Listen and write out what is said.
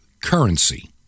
currency